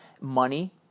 money